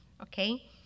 Okay